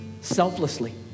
selflessly